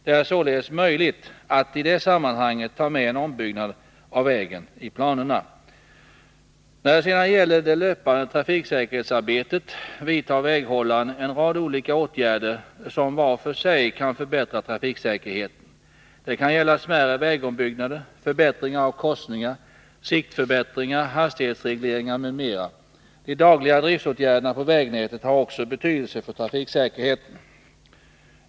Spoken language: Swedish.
Det är således möjligt att i det sammanhanget ta med en ombyggnad av vägen i planerna. När det sedan gäller det löpande trafiksäkerhetsarbetet vidtar väghållaren en rad olika åtgärder som var för sig kan förbättra trafiksäkerheten. Det kan gälla smärre vägombyggnader, förbättringar av korsningar, siktförbättringar, hastighetsregleringar m.m. De dagliga driftåtgärderna på vägnätet har också betydelse för trafiksäkerheten.